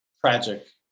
tragic